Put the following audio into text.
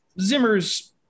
Zimmer's